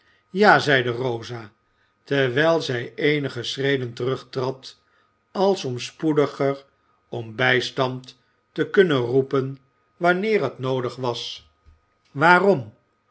ja zeide rosa terwijl zij eenige schreden terugtrad als om spoediger om bijstand te kunnen roepen wanneer het noodig was waarom